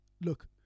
Look